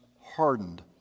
hardened